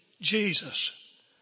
Jesus